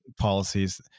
policies